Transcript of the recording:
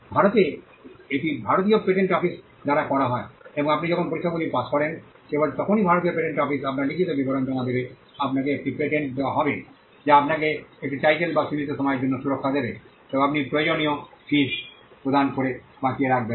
ভারতে এটি ভারতীয় পেটেন্ট অফিস দ্বারা করা হয় এবং আপনি যখন পরীক্ষাগুলি পাস করেন কেবল তখনই ভারতীয় পেটেন্ট অফিস আপনার লিখিত বিবরণ জমা দেবে আপনাকে একটি পেটেন্ট দেওয়া হবে যা আপনাকে একটি টাইটেল এবং সীমিত সময়ের জন্য সুরক্ষা দেবে তবে আপনি প্রয়োজনীয় ফি প্রদান করে বাঁচিয়ে রাখবেন